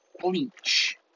bleach